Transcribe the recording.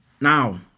Now